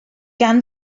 gan